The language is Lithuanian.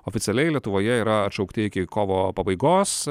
oficialiai lietuvoje yra atšaukti iki kovo pabaigos